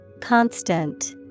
Constant